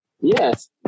Yes